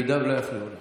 אם לא יפריעו לך.